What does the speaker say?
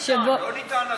לא ניתן,